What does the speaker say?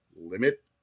limit